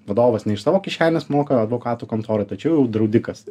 vadovas ne iš savo kišenės moka advokatų kontorai tačiau draudikas